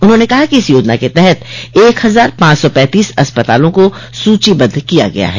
उन्होंने कहा कि इस योजना के तहत एक हजार पांच सौ पैंतीस अस्पतालों को सूचीबद्ध किया गया है